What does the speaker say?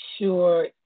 sure